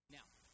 Now